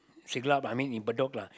Siglap I mean in Bedok lah